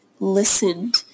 listened